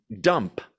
dump